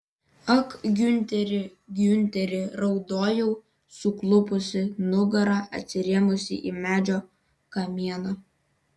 ak giunteri giunteri raudojau suklupusi nugara atsirėmusi į medžio kamieną